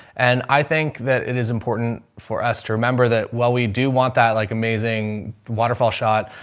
and i think that it is important for us to remember that while we do want that like amazing waterfall shot,